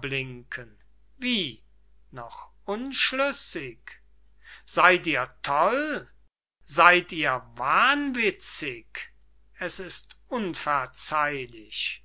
blinken wie noch unschlüssig seyd ihr toll seyd ihr wahnwitzig es ist unverzeihlich